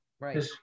Right